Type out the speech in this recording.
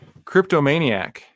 Cryptomaniac